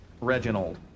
Reginald